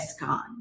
Escon